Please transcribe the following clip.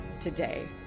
today